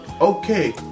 okay